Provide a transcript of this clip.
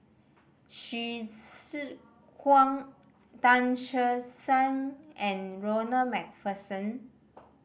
Hsu Tse Kwang Tan Che Sang and Ronald Macpherson